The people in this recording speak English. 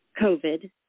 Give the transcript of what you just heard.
COVID